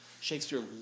Shakespeare